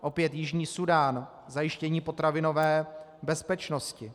Opět Jižní Súdán, zajištění potravinové bezpečnosti.